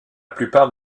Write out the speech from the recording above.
plupart